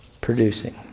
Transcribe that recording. producing